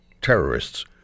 terrorists